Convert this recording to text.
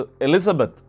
Elizabeth